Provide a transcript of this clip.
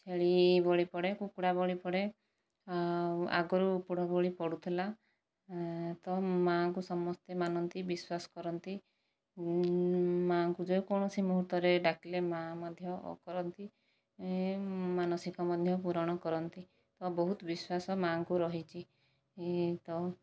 ଛେଳି ବଳି ପଡେ କୁକୁଡା ବଳି ପଡେ ଆଗରୁ ପୋଢ଼ ବଳି ପଡୁଥିଲା ତ ମା' ଙ୍କୁ ସମସ୍ତେ ମାନନ୍ତି ବିଶ୍ଵାସ କରନ୍ତି ମା' ଙ୍କୁ ଯେ କୌଣସି ମୁହୂର୍ତ୍ତରେ ଡାକିଲେ ମା' ମଧ୍ୟ ଓ କରନ୍ତି ମାନସିକ ମଧ୍ୟ ପୂରଣ କରନ୍ତି ବହୁତ ବିଶ୍ଵାସ ମା'ଙ୍କୁ ରହିଚି ତ